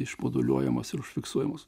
išmoduliuojamas ir užfiksuojamas